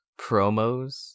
promos